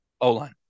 O-line